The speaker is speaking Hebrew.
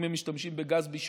אם הם משתמשים בגז בישול,